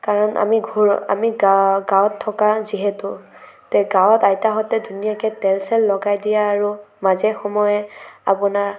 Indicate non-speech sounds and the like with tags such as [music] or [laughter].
কাৰণ আমি [unintelligible] আমি গাঁৱত থাকা যিহেতু এতিয়া গাঁৱত আইতাহঁতে ধুনীয়াকে তেল চেল লগাই দিয়ে আৰু মাজে সময়ে আপোনাৰ